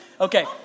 Okay